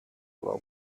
while